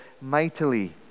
mightily